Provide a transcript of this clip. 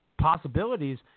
possibilities